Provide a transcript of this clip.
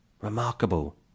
Remarkable